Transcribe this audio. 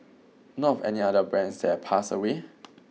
know of any other brands that have passed away